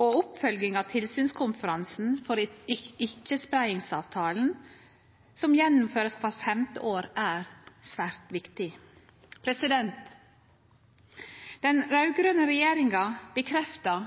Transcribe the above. Oppfølginga av tilsynskonferansen for Ikkje-spreiingsavtalen, som blir gjennomført kvart femte år, er svært viktig. Den